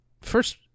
first